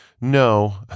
No